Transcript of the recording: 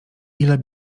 ile